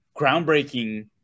groundbreaking